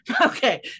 okay